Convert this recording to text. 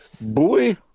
boy